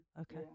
Okay